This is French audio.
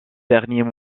derniers